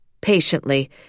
Patiently